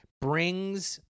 brings